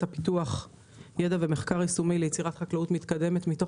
פיתוח ידע ומחקר יישומי ליצירת חקלאות מתקדמת מתוך